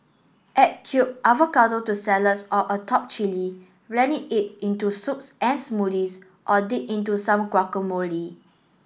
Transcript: add cubed avocado to salads or atop chilli blend it into soups and smoothies or dip into some guacamole